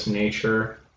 nature